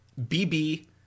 BB